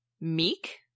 meek